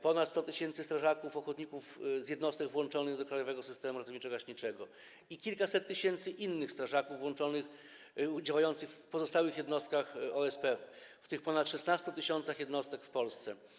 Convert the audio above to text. Ponad 100 tys. strażaków ochotników z jednostek włączonych do krajowego systemu ratowniczo-gaśniczego i kilkaset tysięcy innych strażaków działających w pozostałych jednostkach OSP w tych ponad 16 tys. jednostek w Polsce.